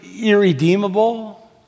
irredeemable